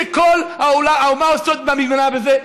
שכל האומה האוסטרית מאמינה בזה,